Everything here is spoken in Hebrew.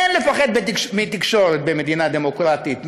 אין לפחד מתקשורת במדינה דמוקרטית,